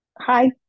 hi